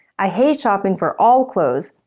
i hate shopping for all clothes,